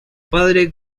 padre